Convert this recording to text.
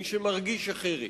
של מי שמרגיש אחרת,